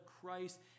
Christ